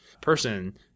person